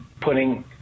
putting